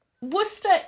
Worcester